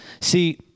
See